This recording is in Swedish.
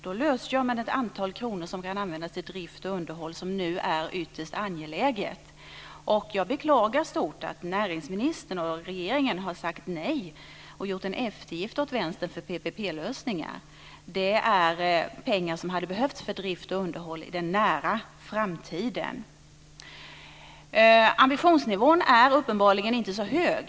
Då lösgör man ett antal kronor som kan användas till drift och underhåll som nu är ytterst angeläget. Jag beklagar djupt att näringsministern och regeringen har sagt nej och gjort en eftergift åt Vänstern för PPP-lösningar. Det är pengar som hade behövts för drift och underhåll i den nära framtiden. Ambitionsnivån är uppenbarligen inte så hög.